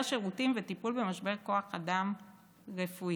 שירותים וטיפול במשבר כוח האדם הרפואי.